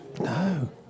no